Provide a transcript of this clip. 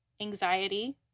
anxiety